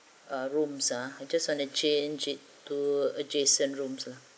ah rooms ah I just want to change it to adjacent rooms lah